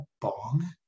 bong